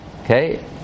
Okay